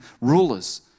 rulers